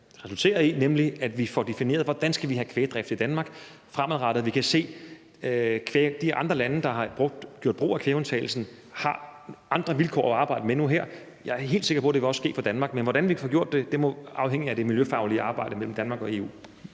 skal resultere i, nemlig at vi får defineret, hvordan vi skal have kvægdrift i Danmark fremadrettet. Vi kan se, at de andre lande, der har gjort brug af kvægundtagelsen, har andre vilkår at arbejde med nu her. Jeg er helt sikker på, at det også vil ske for Danmark. Men hvordan vi får gjort det, må afhænge af det miljøfaglige samarbejde mellem Danmark og EU.